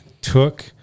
took